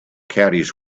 caddies